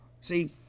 see